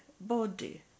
body